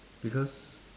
because